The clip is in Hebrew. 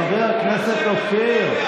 חבר הכנסת אופיר.